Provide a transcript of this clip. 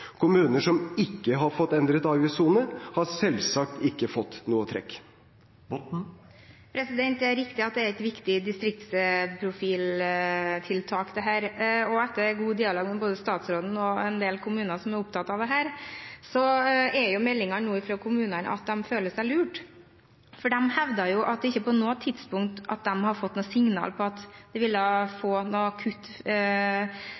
Kommuner som ikke har fått endret avgiftssone, har selvsagt ikke fått noe trekk. Det er riktig at dette er et viktig distriktsprofiltiltak, og etter god dialog mellom statsråden og en del kommuner som er opptatt av dette, er meldingen nå fra kommunene at de føler seg lurt. De hevder at de ikke på noe tidspunkt har fått signaler om at de ville